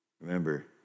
Remember